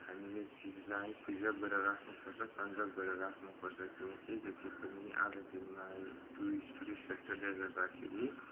हामीले चिजलाई प्रिजर्ब गरेर राख्नुपर्छ कन्जर्ब गरेर राख्नुपर्छ किनकि जति पनि आजको दिनमा टुरिस्ट टुरिस्ट सेक्टरले गर्दाखेरि